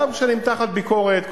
גם כשנמתחת ביקורת,